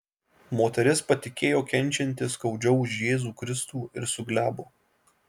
moteris patikėjo kenčianti skaudžiau už jėzų kristų ir suglebo